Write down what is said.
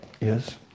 yes